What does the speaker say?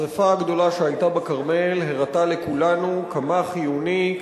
השרפה הגדולה שהיתה בכרמל הראתה לכולנו כמה חיוני,